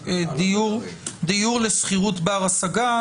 דיור לשכירות בר השגה?